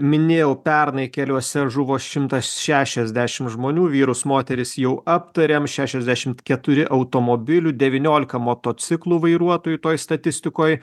minėjau pernai keliuose žuvo šimtas šešiasdešimt žmonių vyrus moteris jau aptarėm šešiasdešimt keturi automobilių devyniolika motociklų vairuotojų toj statistikoj